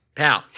pal